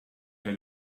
had